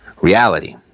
reality